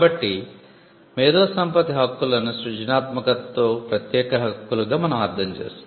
కాబట్టి మేధో సంపత్తి హక్కులను సృజనాత్మకతలో ప్రత్యేక హక్కులుగా మనం అర్థం చేసుకోవాలి